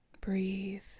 breathe